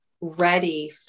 ready